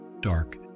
dark